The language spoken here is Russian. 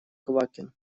квакин